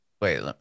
wait